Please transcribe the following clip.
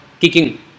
kicking